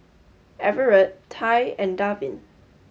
Everet Tye and Darvin